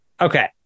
okay